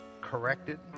corrected